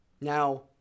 Now